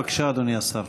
בבקשה, אדוני השר.